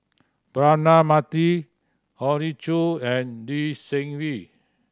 Braema Mathi Hoey Choo and Lee Seng Wee